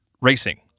racing